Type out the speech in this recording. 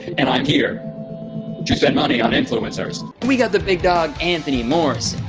and i'm here to spend money on influencers. we got the big dog, anthony morrison.